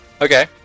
Okay